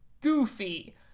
goofy